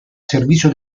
servizio